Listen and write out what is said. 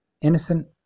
Innocent